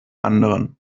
anderen